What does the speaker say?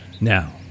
now